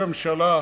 ראש הממשלה,